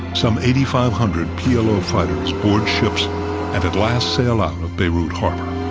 some eighty-five-hundred p l o. fighters board ships and at last sail out of beirut harbor.